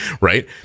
Right